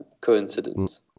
coincidence